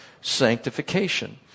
sanctification